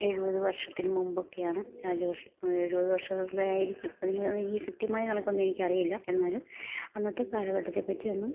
എഴുപത് വർഷത്തിന് മുമ്പൊക്കെയാണ് രാജ വർഷം എഴുപത് വർഷമൊക്കെ ആയിരിക്കും അതിന് അത് എനിക്ക് കൃത്യമായ കണക്കൊന്നും എനിക്കറിയില്ല എന്നാലും അന്നത്തെ കാലഘട്ടത്തെപ്പറ്റിയൊന്നും